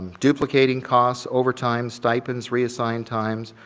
duplicating cost overtimes, stipends, reassigned times,